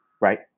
right